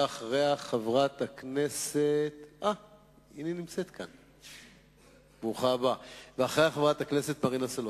ואחריה, חברת הכנסת מרינה סולודקין.